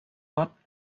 got